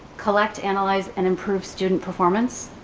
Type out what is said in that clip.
collect, analyze and improve student performance.